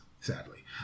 sadly